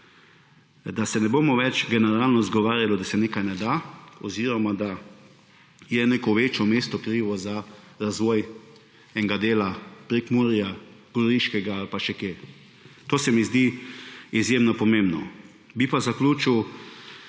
da se ne bomo več generalno izgovarjali, da se nekaj ne da oziroma da je neko večje mesto krivo za razvoj enega dela Prekmurja, Goriškega ali pa še kje. To se mi zdi izjemno pomembno. Bi pa zaključil,